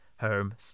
home